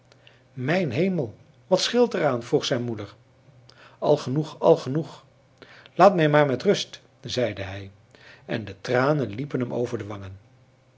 mijn hemel wat scheelt er aan vroeg zijn moeder al genoeg al genoeg laat mij maar met rust zeide hij en de tranen liepen hem over de wangen